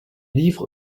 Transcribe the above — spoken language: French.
livre